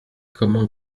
comment